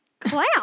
clown